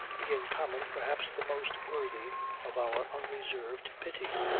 being common perhaps the most worthy of our unreserved pity.